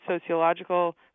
sociological